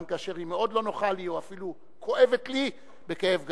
גם כאשר היא מאוד לא נוחה לי או אפילו כואבת לי כאב גדול.